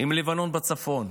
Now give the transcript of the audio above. עם לבנון בצפון.